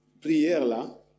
prière-là